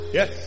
Yes